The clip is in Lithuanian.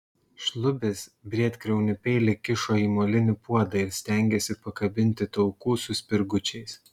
šlubis briedkriaunį peilį kišo į molinį puodą ir stengėsi pakabinti taukų su spirgučiais